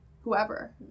whoever